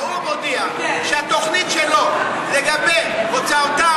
האו"ם מודיע שהתוכנית שלו לגבי הוצאתם